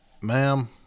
ma'am